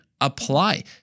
apply